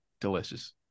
delicious